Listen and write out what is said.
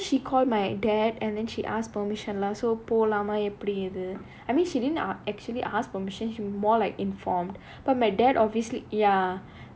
so she called my dad and then she asked permission lah so போலாமே எப்படி இது:polamae epdi idhu I mean she didn't a~ actually ask permission she more like informed but my dad obviously ya